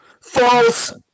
False